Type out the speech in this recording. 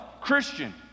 Christian